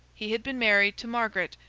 he had been married to margaret,